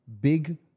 big